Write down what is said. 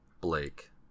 Blake